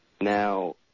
Now